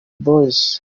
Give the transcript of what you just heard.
boys